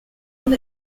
and